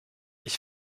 ich